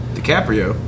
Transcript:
DiCaprio